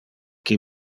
qui